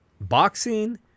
Boxing